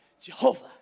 Jehovah